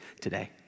today